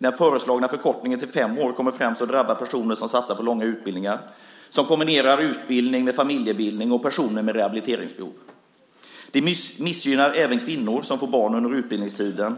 Den föreslagna förkortningen till fem år kommer främst att drabba personer som satsar på långa utbildningar, personer som kombinerar utbildning med familjebildning och personer med rehabiliteringsbehov. Det missgynnar även kvinnor som får barn under utbildningstiden.